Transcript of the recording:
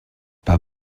pas